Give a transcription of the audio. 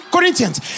Corinthians